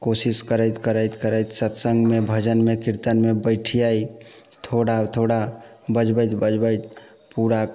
कोशिश करैत करैत करैत सत्संगमे भजनमे कीर्तनमे बैठियै थोड़ा थोड़ा बजबैत बजबैत पूरा